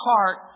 heart